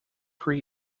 pre